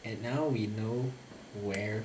and now we know where